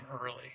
early